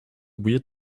weird